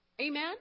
Amen